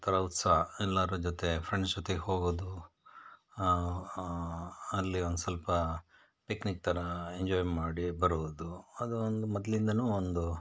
ಒಂಥರ ಉತ್ಸಾಹ ಎಲ್ಲರ ಜೊತೆ ಫ್ರೆಂಡ್ಸ್ ಜೊತೆ ಹೋಗೋದು ಅಲ್ಲಿ ಒಂದು ಸ್ವಲ್ಪ ಪಿಕ್ನಿಕ್ ಥರ ಎಂಜಾಯ್ ಮಾಡಿ ಬರೋದು ಅದು ಒಂದು ಮೊದಲಿಂದಲೂ ಒಂದು